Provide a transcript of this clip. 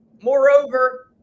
moreover